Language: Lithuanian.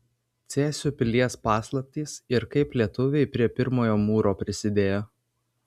cėsių pilies paslaptys ir kaip lietuviai prie pirmojo mūro prisidėjo